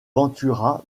ventura